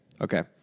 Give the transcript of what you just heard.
Okay